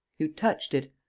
you touched it!